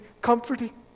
comforting